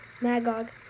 Magog